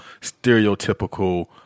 stereotypical